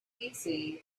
easy